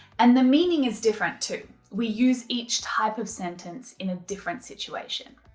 and the meaning is different too. we use each type of sentence in a different situation.